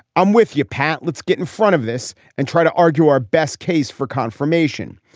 i'm with you, pat. let's get in front of this and try to argue our best case for confirmation.